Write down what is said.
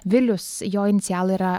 vilius jo inicialai yra